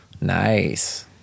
Nice